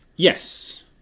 Yes